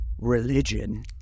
religion